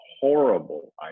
horrible